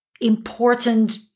important